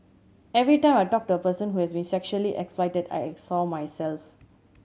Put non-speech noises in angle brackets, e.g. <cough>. every time I talked to a person who had been sexually exploited <unintelligible> I saw myself